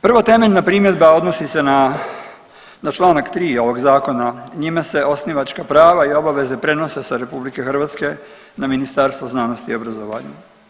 Prvo temelja primjedba odnosi se na Članak 3. ovog zakona, njime se osnivačka prava i obaveze prenose sa RH na Ministarstvo znanosti i obrazovanja.